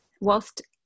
whilst